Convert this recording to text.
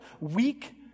weak